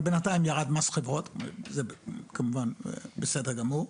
אבל בינתיים ירד מס החברות, זה כמובן בסדר גמור,